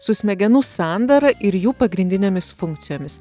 su smegenų sandara ir jų pagrindinėmis funkcijomis